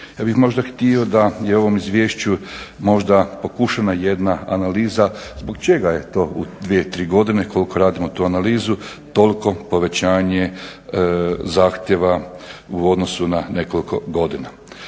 Ja bih možda htio da je ovom izvješću možda pokušana jedna analiza zbog čega je ovo u dvije, tri godine koliko radimo tu analizu toliko povećanje zahtjeva u odnosu na nekoliko godina.